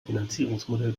finanzierungsmodell